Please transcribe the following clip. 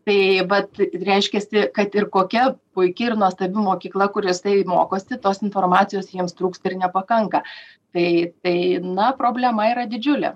tai vat reiškiasi kad ir kokia puiki ir nuostabi mokykla kur jisai mokosi tos informacijos jiems trūksta ir nepakanka tai tai na problema yra didžiulė